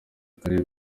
karere